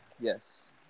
Yes